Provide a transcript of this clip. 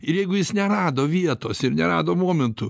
ir jeigu jis nerado vietos ir nerado momentų